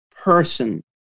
person